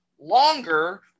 longer